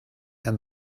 and